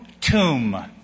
tomb